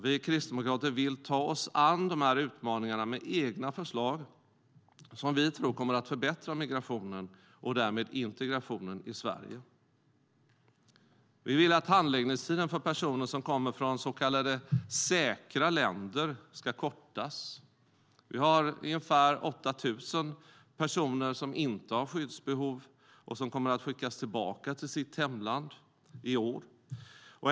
Vi kristdemokrater vill ta oss an de här utmaningarna med egna förslag som vi tror kommer att förbättra migrationen och därmed integrationen i Sverige.Vi vill att handläggningstiden för personer som kommer från så kallade säkra länder ska kortas. Vi har ungefär 8 000 personer som inte har skyddsbehov och som kommer att skickas tillbaka till sitt hemland i år.